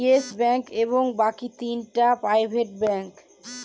yes Bank এবং বাকি তিনটা প্রাইভেট ব্যাঙ্ক